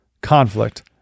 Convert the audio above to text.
conflict